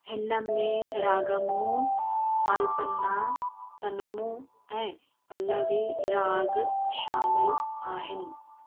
हिन में रागमु आलपना तनमु ऐं पल्लवी राग शामिल आहिनि